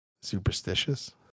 Superstitious